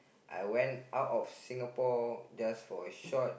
I went out of Singapore just for a short